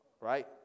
right